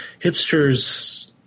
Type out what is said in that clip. hipsters